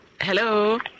Hello